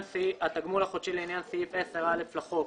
" התגמול החודשי לעניין סעיף 10(א) לחוק,